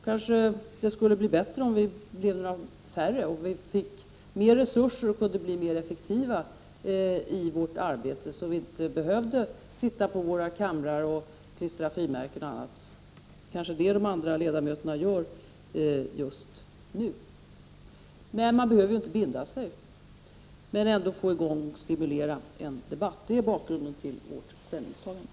Kanske skulle det bli bättre om vi blev färre och om vi fick större resurser. Då kunde vi bli effektivare i vårt arbete, och då skulle vi inte behöva sitta på våra rum och klistra frimärken. Det är kanske vad de ledamöter just nu gör som inte är här i kammaren. Men man behöver inte binda sig. Ändå måste man stimulera till debatt. Det är bakgrunden till vårt ställningstagande.